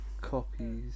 copies